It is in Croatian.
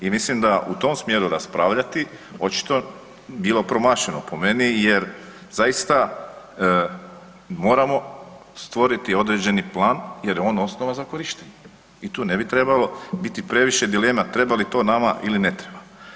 I mislim da u tom smjeru raspravljati očito bilo promašeno po meni jer zaista moramo stvoriti određeni plan jer je osnova za korištenje i tu ne bi trebalo biti previše dilema treba li to nama ili ne treba.